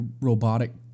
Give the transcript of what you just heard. robotic